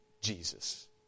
Jesus